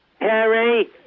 Harry